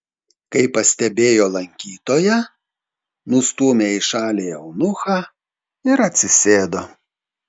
kai pastebėjo lankytoją nustūmė į šalį eunuchą ir atsisėdo